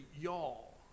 y'all